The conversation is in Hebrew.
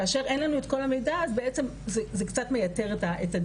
כאשר אין לנו את כל המידע אז זה בעצם קצת מייתר את הדיון.